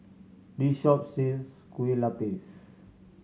this shop sells Kueh Lupis